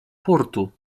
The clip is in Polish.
portu